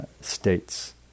states